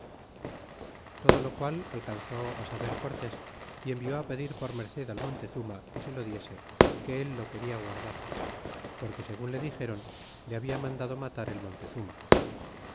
todo lo cual alcanzó saber cortés y envió á pedir por merced al montezuma que se lo diese que él lo quena guardar porque segun le dixéron le habia mandado matar el montezuma